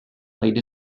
played